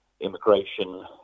immigration